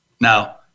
Now